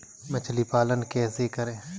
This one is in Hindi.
मछली पालन कैसे करें?